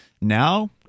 now